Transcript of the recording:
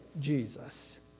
Jesus